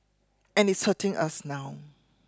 and it's hurting us now